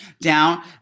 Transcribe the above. down